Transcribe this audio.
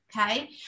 okay